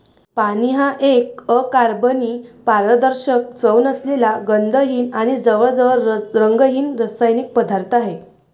पाणी हा एक अकार्बनी, पारदर्शक, चव नसलेला, गंधहीन आणि जवळजवळ रंगहीन रासायनिक पदार्थ आहे